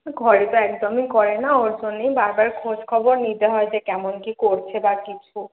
ঘরে তো একদমই করে না ওর জন্যই বারবার খোজখবর নিতে হয় যে কেমন কি করছে বা কিছু